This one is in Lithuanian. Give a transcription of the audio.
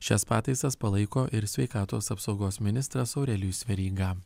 šias pataisas palaiko ir sveikatos apsaugos ministras aurelijus veryga